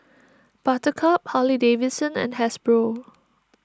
Buttercup Harley Davidson and Hasbro